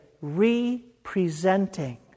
re-presenting